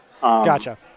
Gotcha